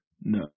No